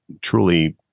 truly